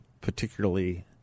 particularly